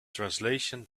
translation